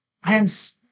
Hence